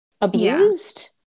abused